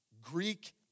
Greek